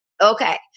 Okay